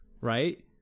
right